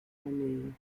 nähe